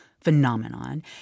phenomenon